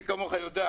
מי כמוך יודע,